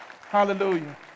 Hallelujah